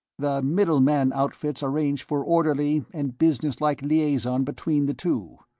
the middleman outfits arrange for orderly and businesslike liaison between the two.